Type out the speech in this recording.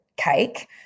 cake